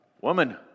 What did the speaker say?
Woman